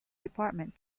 department